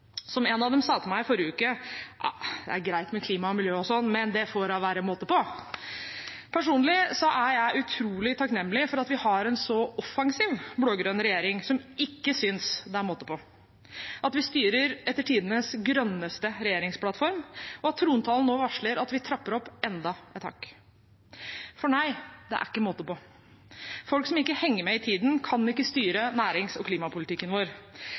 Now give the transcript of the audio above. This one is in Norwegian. Som en av dem sa til meg i forrige uke: Det er greit med klima og miljø og sånt, men det får da være måte på. Personlig er jeg utrolig takknemlig for at vi har en så offensiv blå-grønn regjering, som ikke synes det er måte på, at vi styrer etter tidenes grønneste regjeringsplattform, og at trontalen nå varsler at vi trapper opp enda et hakk. For nei, det er ikke måte på. Folk som ikke henger med i tiden, kan ikke styre nærings- og klimapolitikken vår.